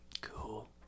Cool